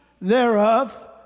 Thereof